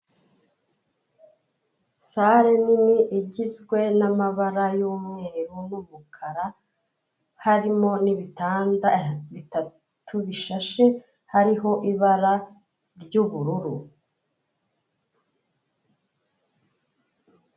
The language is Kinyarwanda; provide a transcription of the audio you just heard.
Sale nini igizwe namabara y'umweru n'umukara harimo n'ibitanda bitatu bishashe hariho ibara ry'ubururu.